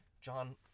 John